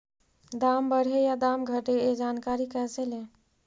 दाम बढ़े या दाम घटे ए जानकारी कैसे ले?